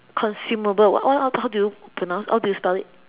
consumable what how how do you pronounce how do you spell it